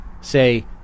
say